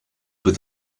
with